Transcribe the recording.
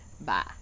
Bye